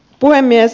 puhemies